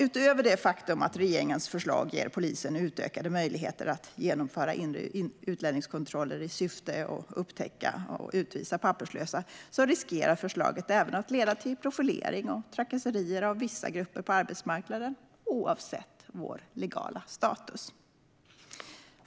Utöver det faktum att regeringens förslag ger polisen utökade möjligheter att genomföra inre utlänningskontroller i syfte att upptäcka och utvisa papperslösa riskerar förslaget att leda till profilering och trakasserier av vissa grupper på arbetsmarknaden, oavsett legal status.